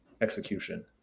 execution